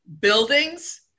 buildings